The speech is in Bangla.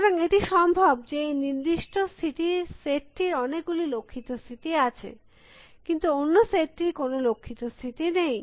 সুতরাং এটি সম্ভব যে এই নির্দিষ্ট স্থিতির সেট টির অনেক গুলি লক্ষিত স্থিতি আছে কিন্তু অন্য সেট টির কোনো লক্ষিত স্থিতি নেই